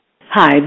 Hi